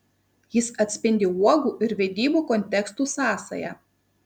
jis atspindi uogų ir vedybų kontekstų sąsają